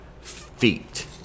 feet